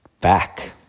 back